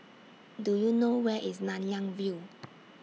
Do YOU know Where IS Nanyang View